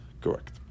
Correct